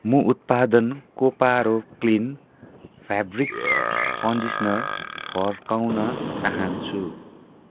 म उत्पादन कोपारो क्लिन फ्याब्रिक कन्डिसनर फर्काउन चाहन्छु